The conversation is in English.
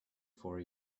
four